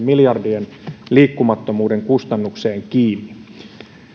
miljardien kustannuksiin kiinni